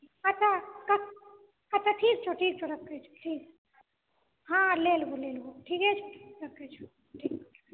अच्छा ठीक छौ ठीक छौ रख ठीक हँ ले लेबो ले लेबो ठीक छै रखइ छिऔ